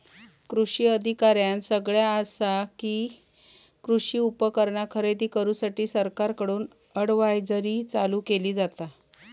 कृषी अधिकाऱ्यानं सगळ्यां आसा कि, कृषी उपकरणा खरेदी करूसाठी सरकारकडून अडव्हायजरी चालू केली जाता